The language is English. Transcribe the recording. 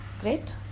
Great